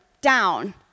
down